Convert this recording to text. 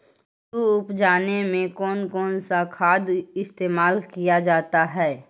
आलू उप जाने में कौन कौन सा खाद इस्तेमाल क्या जाता है?